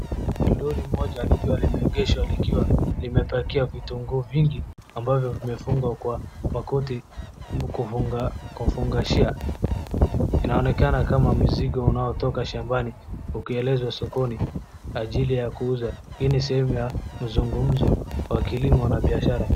Lori moja likiwa limeegeshwa likiwa limepakia vitungu vingi ambavyo vimefungwa kwa makuti kufungashia inaonekana kama mizigo inayotoka shambani ukieleza sokoni kwa ajili ya kuuza hii ni sehemu ya mazungumzo wa kilimo na biashara.